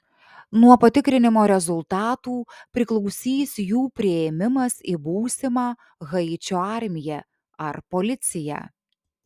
nuo patikrinimo rezultatų priklausys jų priėmimas į būsimą haičio armiją ar policiją